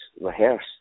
rehearse